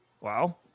Wow